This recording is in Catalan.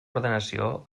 ordenació